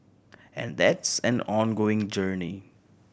and that's an ongoing journey